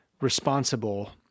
responsible